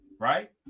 right